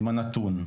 הם הנתון.